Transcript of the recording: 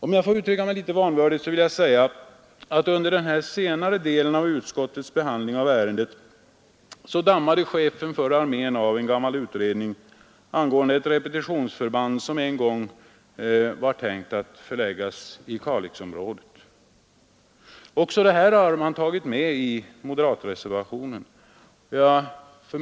Om jag får uttrycka mig litet vanvördigt vill jag säga att chefen för armén under den senare delen av utskottets behandling av ärendet dammade av en gammal utredning angående ett repetionsförband som man en gång hade tänkt förlägga i Kalixområdet. Också detta har man tagit med i moderatreservationen.